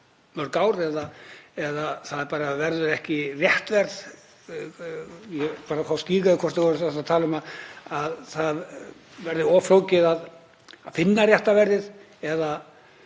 mörg ár eða það verður ekki rétt verð. Ég vil fá skýringar á því hvort þú ert að tala um að það verði of flókið að finna rétta verðið eða